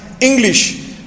English